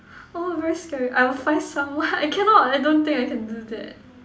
oh very scary I will find someone I cannot I don't think I can do that